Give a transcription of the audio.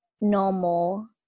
normal